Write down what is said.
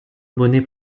bonnet